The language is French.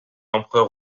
empereur